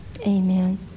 Amen